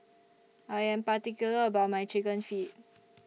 I Am particular about My Chicken Feet